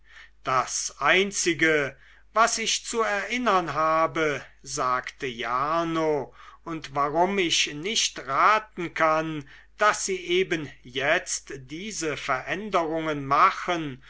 das einzige was ich zu erinnern habe sagte jarno und warum ich nicht raten kann daß sie eben jetzt diese veränderungen machen